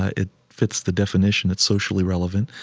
it fits the definition that's socially relevant,